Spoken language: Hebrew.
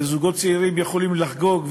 וזוגות צעירים יכולים לחגוג,